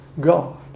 God